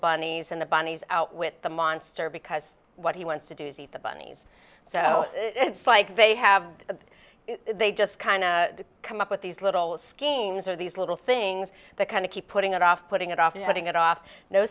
bunnies and the bunnies out with the monster because what he wants to do is eat the bunnies so it's like they have a they just kind of come up with these little schemes or these little things that kind of keep putting it off putting it off and putting it off no